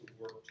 work